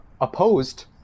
opposed